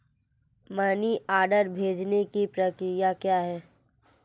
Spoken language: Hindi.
मनी ऑर्डर भेजने की प्रक्रिया क्या है?